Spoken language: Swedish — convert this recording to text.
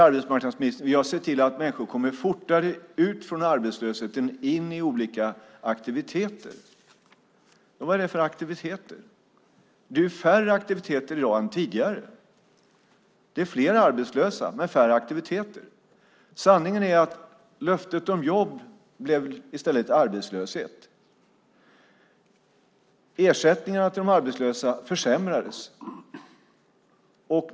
Arbetsmarknadsministern säger att han ser till att människor kommer ut fortare från arbetslösheten in i olika aktiviteter. Vad är det för aktiviteter? Det är färre aktiviteter i dag än tidigare. Det är fler arbetslösa men färre aktiviteter. Sanningen är att löftet om jobb i stället blev arbetslöshet. Ersättningarna till de arbetslösa försämrades.